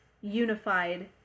unified